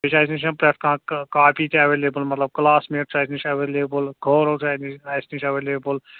بیٚیہِ چھِ اَسہِ نِش پرٮ۪تھ کانٛہہ کاپی تہِ ایولیبل مطلب کٕلاسمیٹ چھِ اَسہِ نِش ایولیبٕل اَسہِ نِش اَسہِ نِش ایولیبل